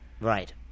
Right